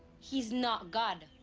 he's not god.